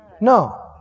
No